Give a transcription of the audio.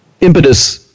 impetus